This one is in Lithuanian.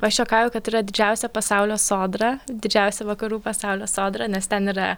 aš juokauju kad yra didžiausia pasaulio sodra didžiausia vakarų pasaulio sodra nes ten yra